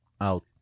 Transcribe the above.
out